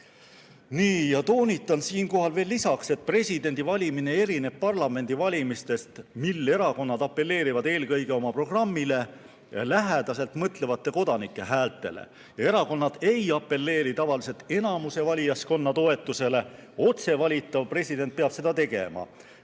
roll. Toonitan siinkohal veel lisaks, et presidendivalimine erineb parlamendivalimistest, mil erakonnad apelleerivad eelkõige oma programmile lähedaselt mõtlevate kodanike häältele. Erakonnad ei apelleeri tavaliselt valijaskonna enamuse toetusele, otse valitav president peab seda tegema.